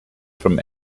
from